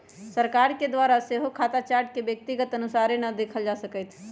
सरकार के द्वारा सेहो खता चार्ट के व्यक्तिगत अनुसारे न देखल जा सकैत हइ